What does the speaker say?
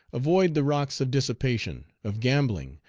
avoid the rocks of dissipation, of gambling,